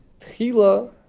Tchila